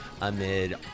amid